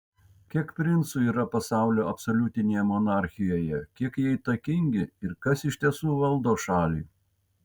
kiek princų yra pasaulio absoliutinėje monarchijoje kiek jie įtakingi ir kas iš tiesų valdo šalį